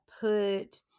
put